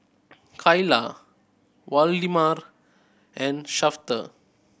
Kaila Waldemar and Shafter